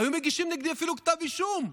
והיו מגישים נגדי אפילו כתב אישום.